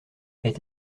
est